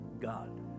God